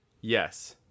Yes